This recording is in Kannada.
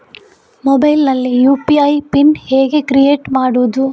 ಮೊಬೈಲ್ ನಲ್ಲಿ ಯು.ಪಿ.ಐ ಪಿನ್ ಹೇಗೆ ಕ್ರಿಯೇಟ್ ಮಾಡುವುದು?